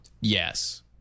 Yes